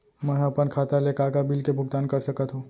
मैं ह अपन खाता ले का का बिल के भुगतान कर सकत हो